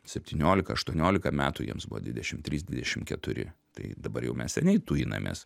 septyniolika aštuoniolika metų jiems buvo dvidešimt trys dvidešimt keturi tai dabar jau mes seniai tuinamės